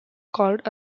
called